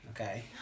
Okay